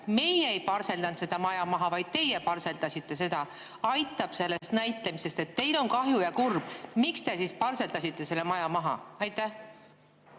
Meie ei parseldanud seda maja maha, vaid teie parseldasite. Aitab näitlemisest, et teil on kahju ja kurb! Miks te siis parseldasite selle maja maha? Ma